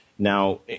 Now